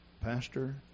Pastor